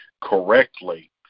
correctly